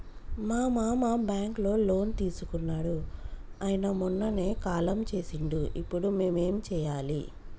మా మామ బ్యాంక్ లో లోన్ తీసుకున్నడు అయిన మొన్ననే కాలం చేసిండు ఇప్పుడు మేం ఏం చేయాలి?